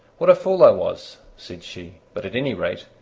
what a fool i was! said she but at any rate,